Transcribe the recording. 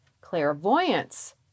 clairvoyance